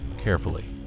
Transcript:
carefully